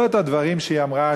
לא את הדברים שהיא אמרה,